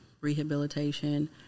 rehabilitation